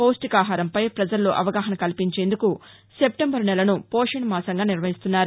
పౌష్టికాహారంపై ప్రజల్లో అవగాహన కల్పించేందుకు సెప్టెంబర్ నెలను పోషణ్ మాసంగా నిర్వహిస్తున్నారు